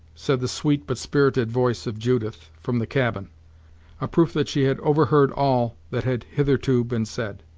said the sweet, but spirited voice of judith, from the cabin a proof that she had over-heard all that had hitherto been said.